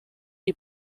die